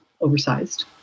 oversized